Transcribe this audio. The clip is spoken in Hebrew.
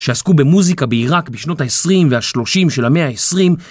שעסקו במוזיקה בעיראק בשנות ה-20 וה-30 של המאה ה-20